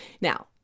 Now